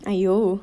!aiyo!